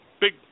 big